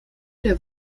der